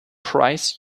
price